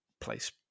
place